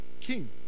king